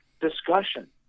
discussion